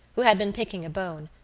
who had been picking a bone,